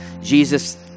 Jesus